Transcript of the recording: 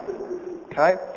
Okay